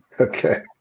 Okay